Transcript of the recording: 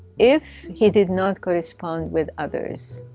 if he did not correspond with others,